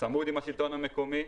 צמוד עם השלטון המקומי.